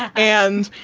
and,